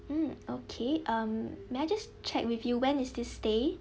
mm okay um may I just check with you when is this day